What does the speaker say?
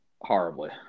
horribly